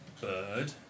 bird